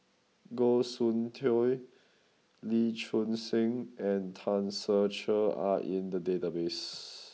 Goh Soon Tioe Lee Choon Seng and Tan Ser Cher are in the database